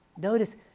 Notice